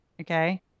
Okay